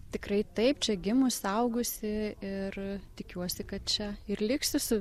tikrai taip čia gimusi augusi ir tikiuosi kad čia ir liksiu su